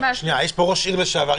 יש פה ראש עיר לשעבר.